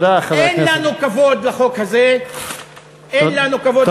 אין לנו כבוד לחוק הזה, אין לנו כבוד לחוק הזה.